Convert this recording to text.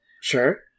Sure